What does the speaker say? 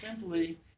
simply